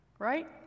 Right